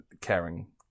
caring